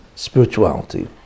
Spirituality